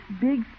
big